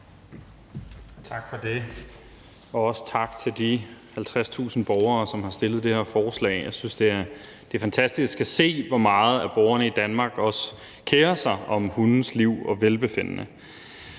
Tak for det, og også tak til de 50.000 borgere, der har skrevet under på det her forslag. Jeg synes, det er fantastisk at se, hvor meget borgerne i Danmark kerer sig om hundes liv og velbefindende.